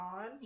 on